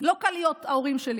לא קל להיות ההורים שלי.